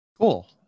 Cool